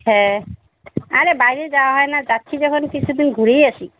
হ্যাঁ আরে বাইরে যাওয়া হয় না যাচ্ছি যখন কিছু দিন ঘুরেই আসি